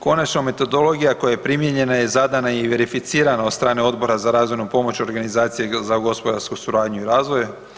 Konačno metodologija koja je primijenjena je zadana i verificirana od strane Odbora za razvojnu pomoć, organizacije za gospodarsku suradnju i razvoj.